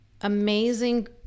amazing